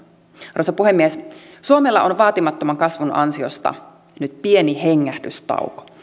arvoisa puhemies suomella on vaatimattoman kasvun ansiosta nyt pieni hengähdystauko